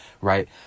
Right